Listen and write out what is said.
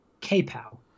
K-Pow